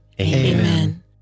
Amen